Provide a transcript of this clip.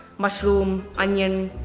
mushroom, onion,